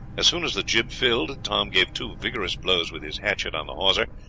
as soon as the jib filled, tom gave two vigorous blows with his hatchet on the hawser,